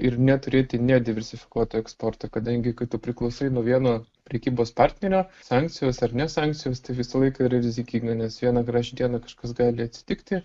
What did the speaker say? ir neturėti nediversifikuoto eksporto kadangi kai tu priklausai nuo vieno prekybos partnerio sankcijos ar ne sankcijos tai visą laiką yra rizikinga nes vieną gražią dieną kažkas gali atsitikti